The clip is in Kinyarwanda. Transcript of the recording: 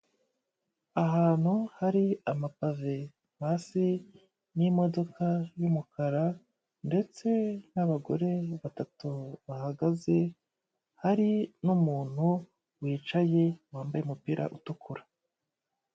Ahantu hari amapave hasi n'imodoka y'umukara ndetse n'abagore batatu bahagaze, hari n'umuntu wicaye wambaye umupira utukura.